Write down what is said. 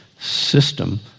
system